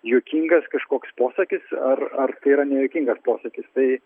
juokingas kažkoks posakis ar ar tai yra nejuokingas posakis tai